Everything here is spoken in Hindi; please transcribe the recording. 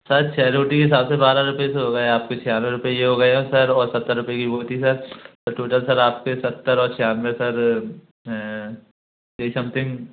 सर छः रोटी के हिसाब से बारह रूपये सर हो गए आपके छियानवे रुपये यह हो गए और सत्तर रूपये की वह थी सर टोटल सर आपके सत्तर और छियानवे सर यह समथिंग